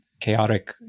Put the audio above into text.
chaotic